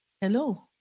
Hello